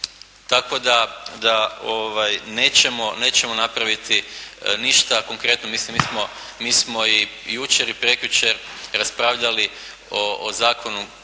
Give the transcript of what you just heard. tako da nećemo napraviti ništa konkretno. Mislim mi smo i jučer i prekjučer raspravljali o zakonu